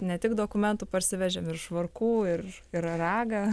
ne tik dokumentų parsivežėm ir švarkų ir ir ragą